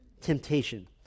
temptation